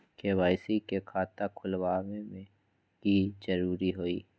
KYC के खाता खुलवा में की जरूरी होई?